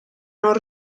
non